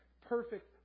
Perfect